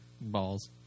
Balls